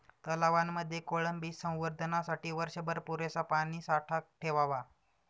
तलावांमध्ये कोळंबी संवर्धनासाठी वर्षभर पुरेसा पाणीसाठा ठेवावा